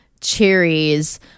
cherries